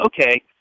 okay